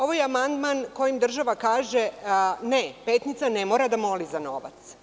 Ovo je amandman kojim država kaže – ne, Petnica ne mora da moli za novac.